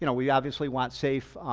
you know we obviously want safe,